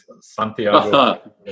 Santiago